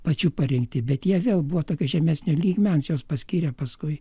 pačių parengti bet jie vėl buvo tokio žemesnio lygmens juos paskyrė paskui